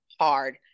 hard